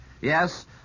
Yes